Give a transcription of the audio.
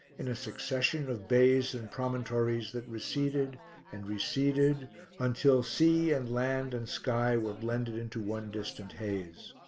in a succession of bays and promontories that receded and receded until sea and land and sky were blended into one distant haze.